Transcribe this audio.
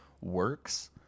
works